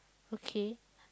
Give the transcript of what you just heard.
okay